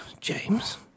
James